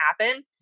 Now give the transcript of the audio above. happen